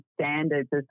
standards